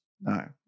No